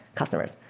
customers,